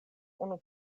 unu